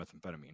methamphetamine